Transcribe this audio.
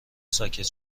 ساکت